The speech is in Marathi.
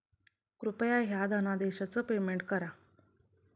कृपया ह्या धनादेशच पेमेंट करा